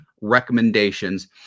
recommendations